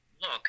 look